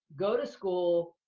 go to school,